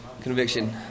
Conviction